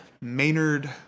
Maynard